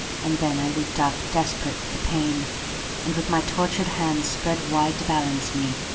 and then i leapt up, desperate with the pain and, with my tortured hands spread wide to balance me,